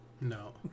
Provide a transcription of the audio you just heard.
No